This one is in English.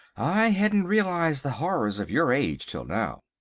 i hadn't realised the horrors of your age till now.